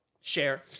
share